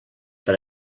per